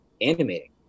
animating